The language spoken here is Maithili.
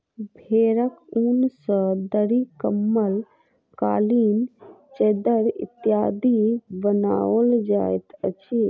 भेंड़क ऊन सॅ दरी, कम्बल, कालीन, चद्दैर इत्यादि बनाओल जाइत अछि